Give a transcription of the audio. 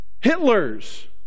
Hitler's